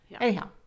Anyhow